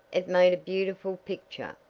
it made a beautiful picture,